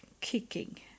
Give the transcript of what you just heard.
kicking